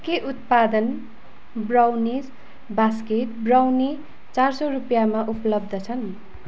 के उत्पादन brownies basket brownie चार सौ रुपियाँमा उपलब्ध छन्